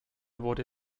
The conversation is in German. wurde